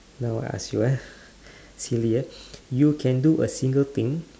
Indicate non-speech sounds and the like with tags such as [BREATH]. now I ask you ah [BREATH] silly ah [BREATH] you can do a single thing